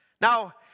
Now